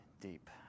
deep